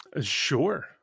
Sure